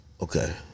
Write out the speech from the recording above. Okay